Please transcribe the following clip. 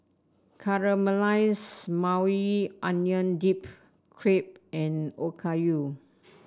Caramelized Maui Onion Dip Crepe and Okayu